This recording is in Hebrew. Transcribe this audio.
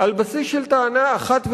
על בסיס של טענה אחת ויחידה,